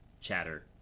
chatter